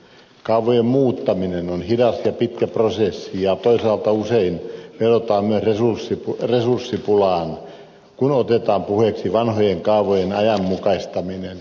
kaavojen muuttaminen on hidas ja pitkä prosessi ja toisaalta usein vedotaan myös resurssipulaan kun otetaan puheeksi vanhojen kaavojen ajanmukaistaminen